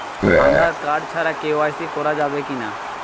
Aadhaar card ছাড়া KYC করা যাবে কি না?